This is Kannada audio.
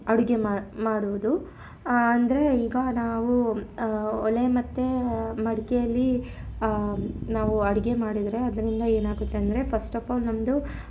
ಅಡುಗೆ ಮಾಡುವುದು ಅಂದರೆ ಈಗ ನಾವು ಒಲೆ ಮತ್ತು ಮಡಿಕೇಲಿ ನಾವು ಅಡುಗೆ ಮಾಡಿದರೆ ಅದರಿಂದ ಏನಾಗುತ್ತೆ ಅಂದರೆ ಫಸ್ಟಫಾಲ್ ನಮ್ಮದು